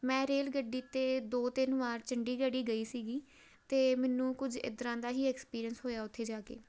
ਮੈਂ ਰੇਲ ਗੱਡੀ 'ਤੇ ਦੋ ਤਿੰਨ ਵਾਰ ਚੰਡੀਗੜ੍ਹ ਹੀ ਗਈ ਸੀਗੀ ਅਤੇ ਮੈਨੂੰ ਕੁਝ ਇਸ ਤਰ੍ਹਾਂ ਦਾ ਹੀ ਐਕਸਪੀਰੀਅੰਸ ਹੋਇਆ ਉੱਥੇ ਜਾ ਕੇ